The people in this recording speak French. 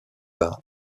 bas